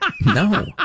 No